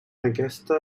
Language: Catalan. aquesta